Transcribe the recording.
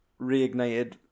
reignited